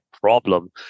problem